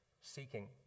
seeking